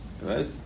right